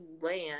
land